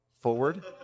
forward